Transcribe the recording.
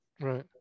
Right